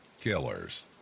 killers